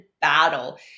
battle